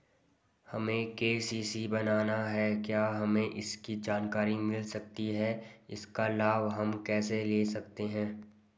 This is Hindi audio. हमें के.सी.सी बनाना है क्या हमें इसकी जानकारी मिल सकती है इसका लाभ हम कैसे ले सकते हैं?